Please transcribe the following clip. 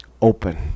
Open